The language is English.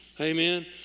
Amen